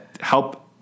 help